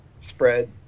spread